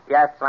Yes